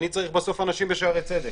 שהוא צריך בסוף אנשים בשערי צדק,